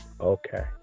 Okay